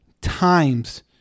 times